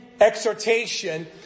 exhortation